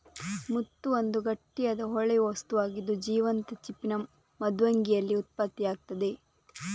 ಮುತ್ತು ಒಂದು ಗಟ್ಟಿಯಾದ, ಹೊಳೆಯುವ ವಸ್ತುವಾಗಿದ್ದು, ಜೀವಂತ ಚಿಪ್ಪಿನ ಮೃದ್ವಂಗಿಯಲ್ಲಿ ಉತ್ಪತ್ತಿಯಾಗ್ತದೆ